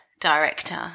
director